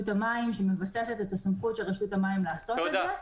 המים ומבססת את הסמכות של רשות המים לעשות את זה.